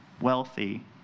wealthy